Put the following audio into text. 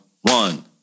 One